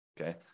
Okay